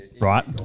right